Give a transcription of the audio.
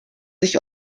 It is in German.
sich